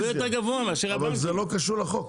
אבל זה לא קשור לחוק.